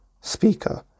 speaker